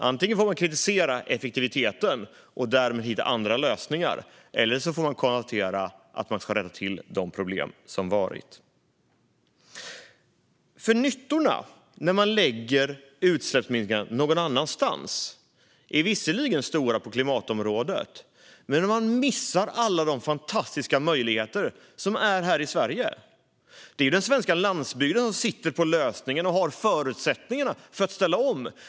Antingen får man kritisera effektiviteten och därmed hitta andra lösningar eller konstatera att man får lösa de problem som varit. Nyttorna när man lägger utsläppsminskningarna någon annanstans är visserligen stora på klimatområdet. Men då missar man alla de fantastiska möjligheter som finns här i Sverige. Det är ju den svenska landsbygden som sitter på lösningen och har förutsättningarna för att ställa om.